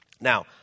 Now